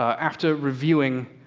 after reviewing